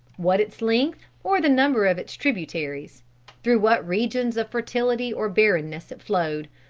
what its length or the number of its tributaries through what regions of fertility or barrenness it flowed,